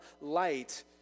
light